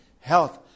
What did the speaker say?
health